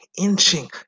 inching